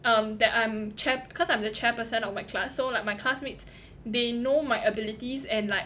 um that I'm chapir~ cause I'm the chairperson of my class so like my classmates they know my abilities and like